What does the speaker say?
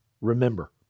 Remember